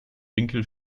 winkel